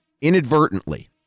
Inadvertently